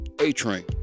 A-Train